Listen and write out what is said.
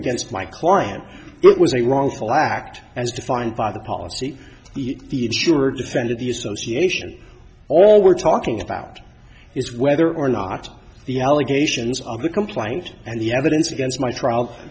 against my client it was a wrongful act as defined by the policy the sure defended the association all we're talking about is whether or not the allegations of the complaint and the evidence against my trial